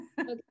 Okay